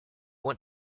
want